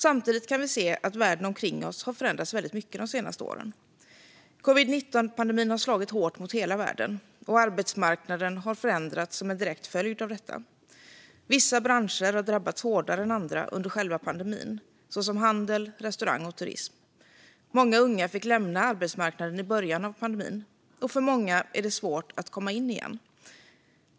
Samtidigt kan vi se att världen omkring oss har förändrats väldigt mycket de senaste åren. Covid-19-pandemin har slagit hårt mot hela världen, och arbetsmarknaden har förändrats som en direkt följd av detta. Vissa branscher har drabbats hårdare än andra under själva pandemin, såsom handel, restaurang och turism. Många unga fick lämna arbetsmarknaden i början av pandemin, och för många är det svårt att komma in igen.